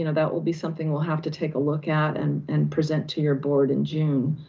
and that will be something we'll have to take a look at and and present to your board in june.